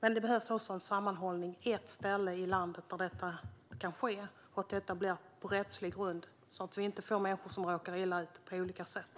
Det här behöver hållas samman på ett ställe i landet, och det ska ske på rättslig grund så att människor inte råkar illa ut på olika sätt.